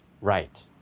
right